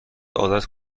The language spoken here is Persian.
عادت